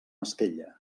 esquella